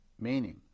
Meaning